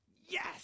yes